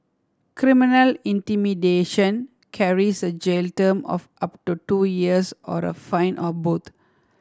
criminal intimidation carries a jail term of up to two years or a fine or both